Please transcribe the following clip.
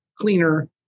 cleaner